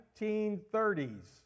1930s